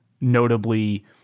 notably